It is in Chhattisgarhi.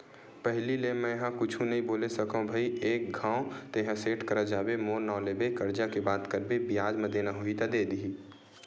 पहिली ले मेंहा कुछु नइ बोले सकव भई एक घांव तेंहा सेठ करा जाबे मोर नांव लेबे करजा के बात करबे बियाज म देना होही त दे दिही